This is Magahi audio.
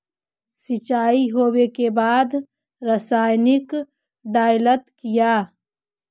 सीचाई हो बे के बाद रसायनिक डालयत किया?